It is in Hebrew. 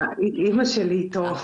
בוקר